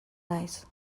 naiz